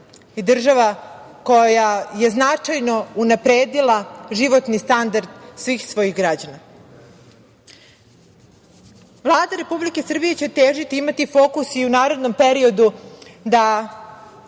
i država koja je značajno unapredila životni standard svih svojih građana. Vlada Republike Srbije će težiti i imati fokus i u narednom periodu da